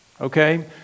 Okay